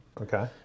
okay